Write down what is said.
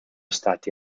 stati